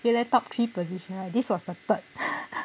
原来 top three position this was the third